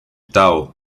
tao